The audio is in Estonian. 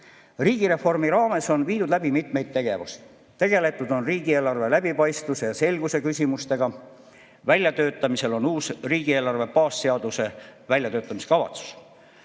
Riigireformi raames on viidud läbi mitmeid tegevusi. Tegeletud on riigieelarve läbipaistvuse ja selguse küsimustega, väljatöötamisel on uus riigieelarve baasseaduse väljatöötamiskavatsus.